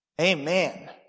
Amen